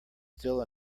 still